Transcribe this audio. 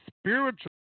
spiritual